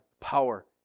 power